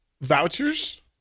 vouchers